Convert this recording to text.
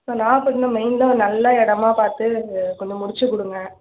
so Nagapattinam மெயினில் ஒரு நல்ல இடமா பார்த்து கொஞ்சம் முடிச்சுக் கொடுங்க